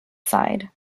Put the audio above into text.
side